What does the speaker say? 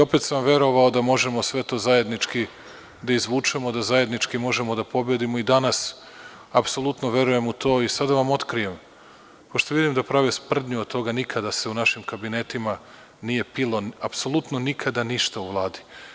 Opet sam verovao da možemo sve to zajednički da izvučemo, da zajednički možemo da pobedimo, i danas apsolutno verujem u to i sada da vam otkrijem, pošto vidim da prave sprdnju od toga, nikada se u našim kabinetima nije pilo, apsolutno nikada ništa u Vladi.